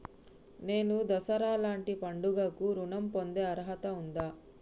నేను దసరా లాంటి పండుగ కు ఋణం పొందే అర్హత ఉందా?